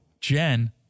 Jen